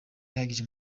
ihagije